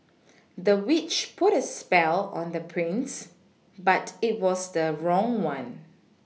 the witch put a spell on the prince but it was the wrong one